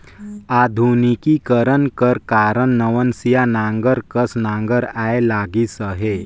आधुनिकीकरन कर कारन नवनसिया नांगर कस नागर आए लगिस अहे